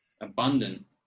abundant